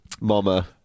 Mama